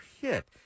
hit